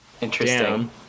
Interesting